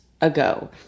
ago